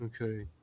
okay